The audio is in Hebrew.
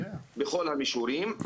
בכל המישורים.